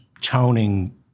toning